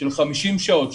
הכשרות של 50 שעות,